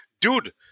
dude